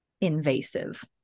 invasive